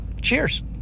cheers